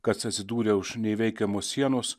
kas atsidūrė už neįveikiamos sienos